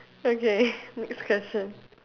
okay next question